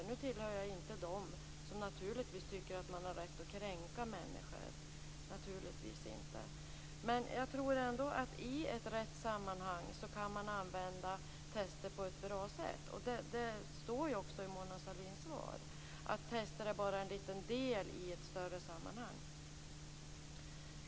Nu tillhör jag inte dem som tycker att man har rätt att kränka människor, naturligtvis inte. Men jag tror ändå att man i rätt sammanhang kan använda test på ett bra sätt. Det står också i Mona Sahlins svar att test bara är en liten del i ett större sammanhang.